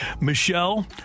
Michelle